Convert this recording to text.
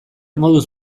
moduz